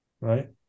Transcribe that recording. right